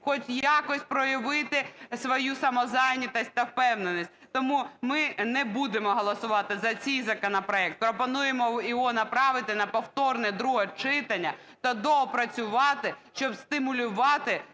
хоч якось проявити свою самозайнятість та впевненість. Тому ми не будемо голосувати за цей законопроект, пропонуємо його направити на потворне друге читання та доопрацювати, щоби стимулювати